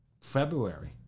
February